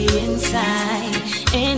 inside